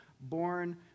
born